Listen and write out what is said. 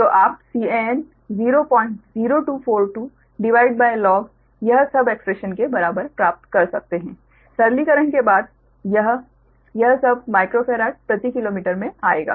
तो आप Can 00242 भागित लॉग यह सब एक्स्प्रेशन के बराबर प्राप्त कर सकते हैं सरलीकरण के बाद यह यह सब माइक्रोफारड प्रति किलोमीटर आएगा